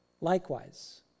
Likewise